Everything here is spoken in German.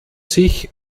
sich